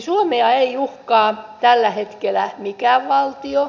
suomea ei uhkaa tällä hetkellä mikään valtio